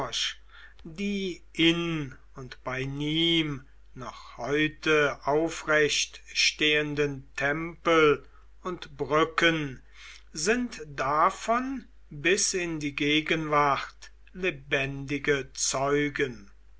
die in und bei nmes noch heute aufrecht stehenden tempel und brücken sind davon bis in die gegenwart lebendige zeugen